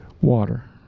water